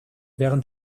während